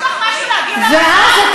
יש לך משהו להגיד על